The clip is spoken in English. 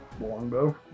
longbow